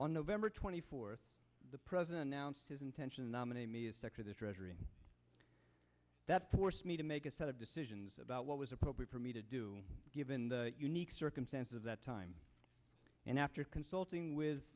on november twenty fourth the president announced his intention nominate me a sec to the treasury that to force me to make a set of decisions about what was appropriate for me to do given the unique circumstance of that time and after consulting with